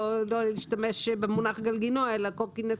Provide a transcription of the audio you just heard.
לא להשתמש במונח גלגינוע אלא קורקינט